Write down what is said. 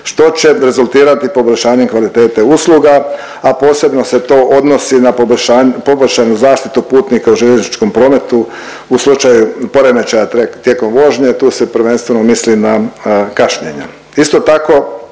što će rezultirati poboljšanjem kvalitete usluga, a posebno se to odnosi na poboljšanu zaštitu putnika u željezničkom prometu u slučaju poremećaja tijekom vožnje, tu se prvenstveno misli na kašnjenja.